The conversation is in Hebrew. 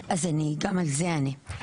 אז גם על זה אני אענה.